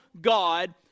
God